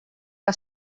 que